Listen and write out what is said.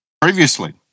previously